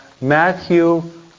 Matthew